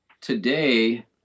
today